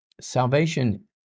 salvation